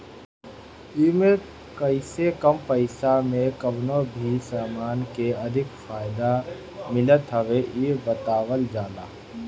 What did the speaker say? एमे कइसे कम पईसा में कवनो भी समान के अधिक फायदा मिलत हवे इ बतावल जाला